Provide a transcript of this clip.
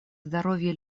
здоровья